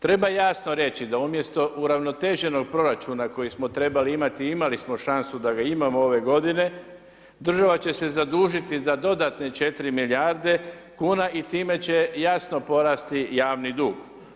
Treba jasno reći da umjesto uravnoteženog proračuna koji smo trebali imati, a imali smo šansu da ga imamo ove godine, država će se zadužiti za dodatne 4 milijarde kuna i time će jasno porasti javni dug.